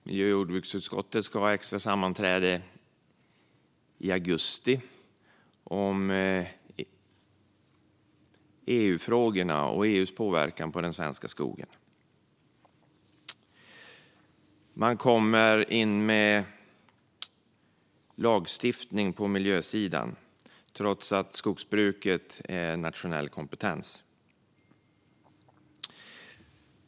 Miljö och jordbruksutskottet ska ha ett extra sammanträde i augusti om EU-frågorna och EU:s påverkan på den svenska skogen. Man kommer in med lagstiftning på miljösidan trots att skogsbruket är nationell kompetens.